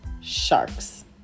sharks